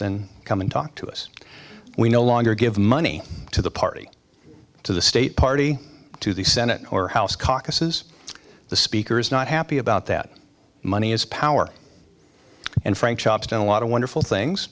then come and talk to us we no longer give money to the party to the state party to the senate or house caucus says the speaker is not happy about that money is power and frank chops done a lot of wonderful things